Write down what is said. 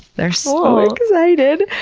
they're so excited.